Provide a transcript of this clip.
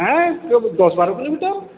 হ্যাঁ দশ বারো কিলোমিটার